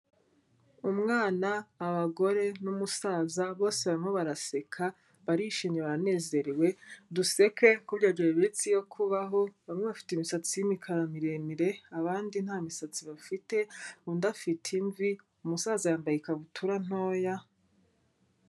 Umwana abagore n'umusaza bose barimo baraseka barishima baranezerewe, duseke kuko byongera iminsi yo kubaho, bamwe bafite imisatsi y'imikara miremire abandi nta misatsi bafite, undi afite imvi, umusaza yambaye ikabutura ntoya.